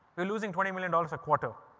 we're losing twenty million dollars a quarter,